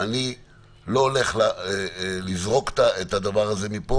אני לא הולך לזרוק את הדבר הזה מפה